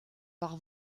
par